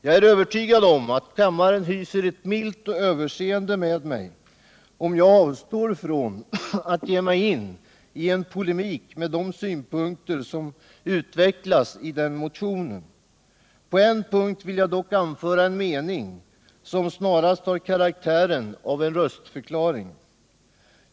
Jag är övertygad om att kammaren har ett milt överseende med mig om jag avstår från att ge mig in i en polemik mot de synpunkter som utvecklats i motionen. På en punkt vill jag dock anföra en mening som närmast har karaktären av en röstförklaring.